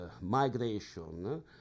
migration